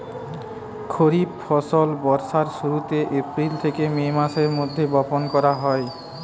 খরিফ ফসল বর্ষার শুরুতে, এপ্রিল থেকে মে মাসের মধ্যে বপন করা হয়